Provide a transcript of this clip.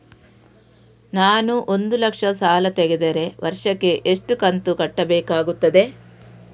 ನಾನು ಒಂದು ಲಕ್ಷ ಸಾಲ ತೆಗೆದರೆ ವರ್ಷಕ್ಕೆ ಎಷ್ಟು ಕಂತು ಕಟ್ಟಬೇಕಾಗುತ್ತದೆ?